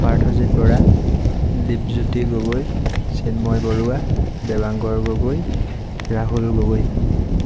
Parthajit Bora Dwipjyoti Gogoi Chinmoy Baruah Debankar Gogoi Rahul Gogoi